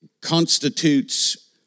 constitutes